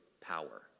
power